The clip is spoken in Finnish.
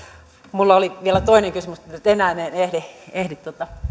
minulla oli vielä toinen kysymys mutta enää en ehdi